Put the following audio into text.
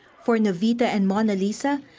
for and avita and monalisa,